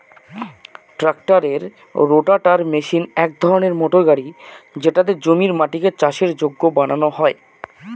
ট্রাক্টরের rotavator machine এক ধরনের মোটর গাড়ি যেটাতে জমির মাটিকে চাষের যোগ্য বানানো হয়